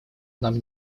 нам